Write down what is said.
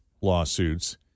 lawsuits